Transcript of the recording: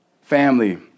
Family